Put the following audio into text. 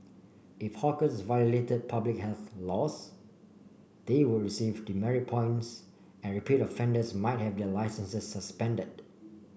if hawkers violated public health laws they would receive demerit points and repeat offenders might have their licences suspended